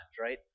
right